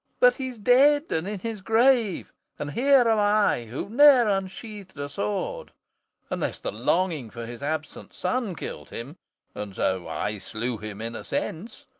but he's dead and in his grave and here am i who ne'er unsheathed a sword unless the longing for his absent son killed him and so i slew him in a sense.